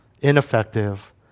ineffective